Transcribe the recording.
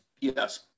yes